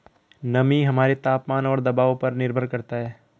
नमी हमारे तापमान और दबाव पर निर्भर करता है